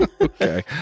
Okay